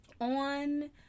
on